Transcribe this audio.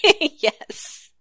Yes